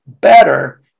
better